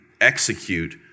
execute